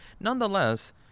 nonetheless